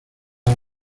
del